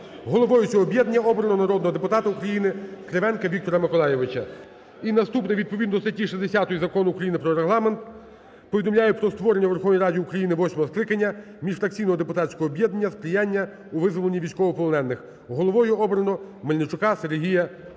Головою цього об'єднання обрано народного депутата України Кривенка Віктора Миколайовича. І наступне. Відповідно до статті 60 Закону України "Про Регламент" повідомляю про створення у Верховній Раді України восьмого скликання міжфракційного депутатського об'єднання "Сприяння у визволенні військовополонених". Головою обрано Мельничука Сергій Петровича.